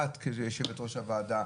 את כיושבת ראש הוועדה,